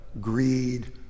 greed